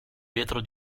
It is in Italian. vetro